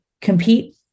compete